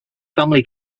family